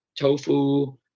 tofu